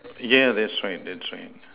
yeah that's right that's right